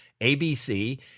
ABC